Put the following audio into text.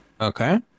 Okay